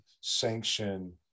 sanction